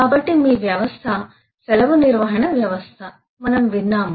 కాబట్టి మీ వ్యవస్థ సెలవు నిర్వహణ వ్యవస్థ మనము విన్నాము